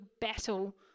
battle